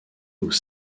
aux